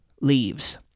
leaves